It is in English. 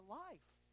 life